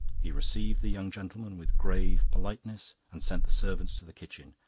he received the young gentlemen with grave politeness and sent the servants to the kitchen,